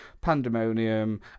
pandemonium